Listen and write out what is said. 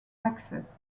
access